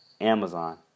Amazon